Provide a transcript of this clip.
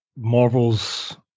Marvel's